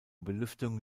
belüftung